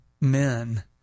men